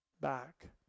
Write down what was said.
back